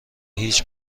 هیچ